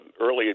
early